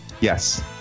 yes